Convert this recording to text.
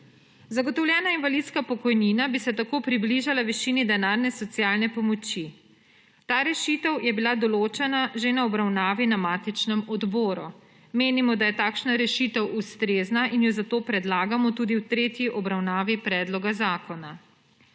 Zagotovljena invalidska pokojnina bi se tako približala višini denarne socialne pomoči. Ta rešitev je bila določena že na obravnavi na matičnem odboru. Menimo, da je takšna rešitev ustrezna in jo zato predlagamo tudi v tretji obravnavi predloga zakona.